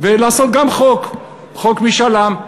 וגם לעשות חוק: חוק משאל עם.